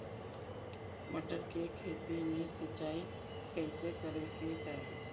मटर के खेती मे सिचाई कइसे करे के चाही?